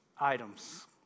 items